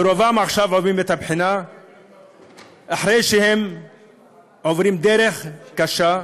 ורובם עכשיו עוברים את הבחינה אחרי שהם עוברים דרך קשה.